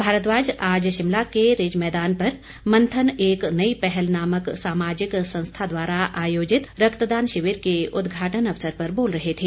भारद्वाज आज शिमला के रिज मैदान पर मंथन एक नई पहल नामक सामाजिक संस्था द्वारा आयोजित रक्तदान शिविर के उद्घाटन अवसर पर बोल रहे थे